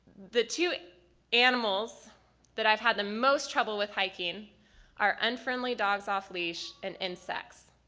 the two animals that i've had the most trouble with hiking are unfriendly dogs off leash and insects.